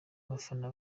abafana